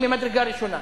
ממדרגה ראשונה.